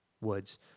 Woods